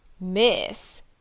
Miss